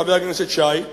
חבר הכנסת שי,